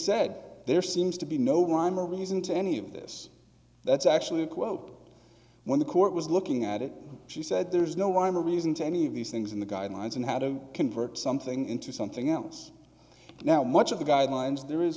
said there seems to be no one reason to any of this that's actually a quote when the court was looking at it she said there's no rhyme or reason to any of these things in the guidelines and how to convert something into something else now much of the guidelines there is